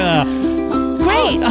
Great